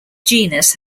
genus